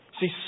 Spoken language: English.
See